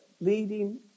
leading